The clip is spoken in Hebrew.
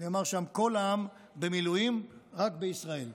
הוא "כל העם במילואים, רק בישראל".